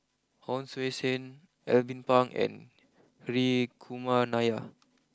Hon Sui Sen Alvin Pang and Hri Kumar Nair